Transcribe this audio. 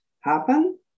happen